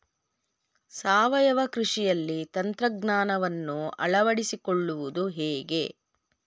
ಸಾವಯವ ಕೃಷಿಯಲ್ಲಿ ತಂತ್ರಜ್ಞಾನವನ್ನು ಅಳವಡಿಸಿಕೊಳ್ಳುವುದು ಹೇಗೆ?